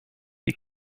die